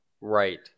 Right